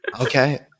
Okay